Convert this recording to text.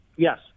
Yes